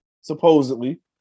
supposedly